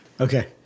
Okay